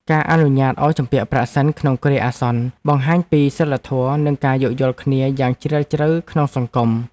ការអនុញ្ញាតឱ្យជំពាក់ប្រាក់សិនក្នុងគ្រាអាសន្នបង្ហាញពីសីលធម៌និងការយោគយល់គ្នាយ៉ាងជ្រាលជ្រៅក្នុងសង្គម។